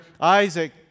Isaac